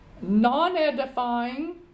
non-edifying